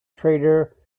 trader